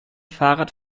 fahrrad